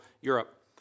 Europe